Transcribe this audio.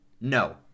No